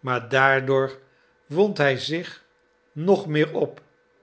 maar daardoor wond hij zich nog meer op